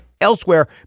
Elsewhere